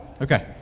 Okay